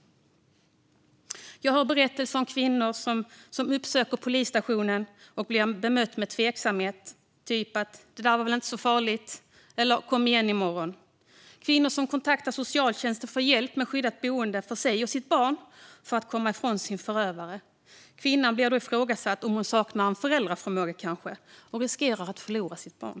Jag hör berättelser om kvinnor som uppsöker polisstationen och blir bemötta med tveksamhet, ungefär så här: "Det var väl inte så farligt" eller "Kom igen i morgon!" Jag hör om kvinnor som för att komma ifrån sin förövare kontaktar socialtjänsten för att få hjälp med skyddat boende för sig och sitt barn. Kvinnan blir då ifrågasatt; kanske saknar hon föräldraförmåga? Och hon riskerar att förlora sitt barn.